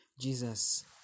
Jesus